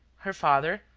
her father,